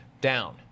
down